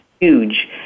huge